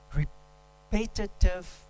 repetitive